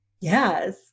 Yes